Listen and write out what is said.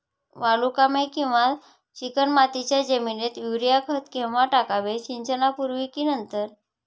वालुकामय किंवा चिकणमातीच्या जमिनीत युरिया खत केव्हा टाकावे, सिंचनापूर्वी की नंतर?